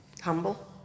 Humble